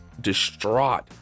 distraught